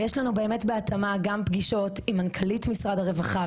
יש לנו באמת בהתאמה גם פגישות עם מנכ"לית משרד הרווחה,